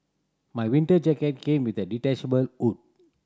my winter jacket came with a detachable hood